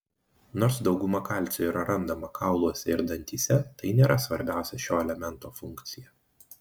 nors dauguma kalcio yra randama kauluose ir dantyse tai nėra svarbiausia šio elemento funkcija